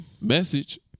Message